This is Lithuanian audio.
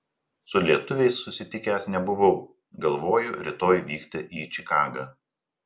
su lietuviais susitikęs nebuvau galvoju rytoj vykti į čikagą